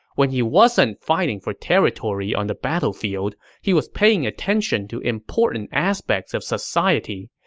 when he wasn't fighting for territory on the battlefield, he was paying attention to important aspects of society,